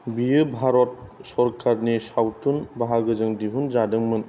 बियो भारत सरखारनि सावथुन बाहागोजों दिहुन जादोंमोन